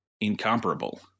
incomparable